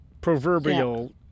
proverbial